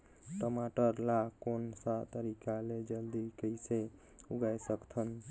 टमाटर ला कोन सा तरीका ले जल्दी कइसे उगाय सकथन?